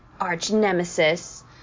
arch-nemesis